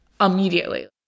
immediately